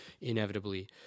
inevitably